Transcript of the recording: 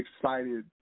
excited